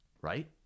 Right